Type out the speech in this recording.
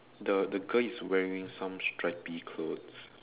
the the girl is wearing some stripy clothes